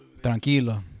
Tranquilo